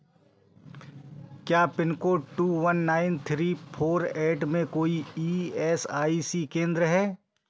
क्या pin code two one nine three four eight में कोई ई एस आई सी केंद्र हैं